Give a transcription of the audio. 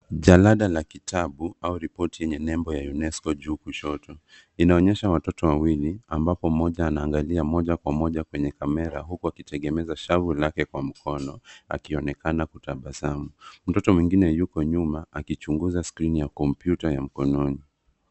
Jalada la kitabu au ripoti yenye nembo ya UNESCO juu kushoto. Inaonyesha watoto wawili, ambapo mmoja anaangalia moja kwa moja kwenye kamera huku akitegemeza shavu lake kwa mkono akionekana kutabasamu. Mtoto mwingine yuko nyuma, akichunguza skrini ya komputa ya mkononi.